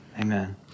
Amen